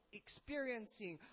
experiencing